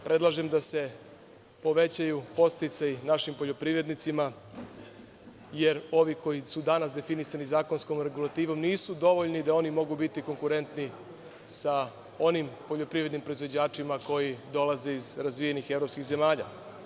Predlažem da se povećaju podsticaji našim poljoprivrednicima jer ovi koji su danas definisani zakonskom regulativom nisu dovoljni da oni mogu biti konkurenti sa onim poljoprivrednim proizvođačima koji dolaze iz razvijenih evropskih zemalja.